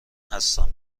هستم